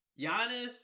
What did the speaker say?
Giannis